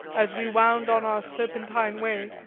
as we wound on our serpentine way,